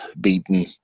beaten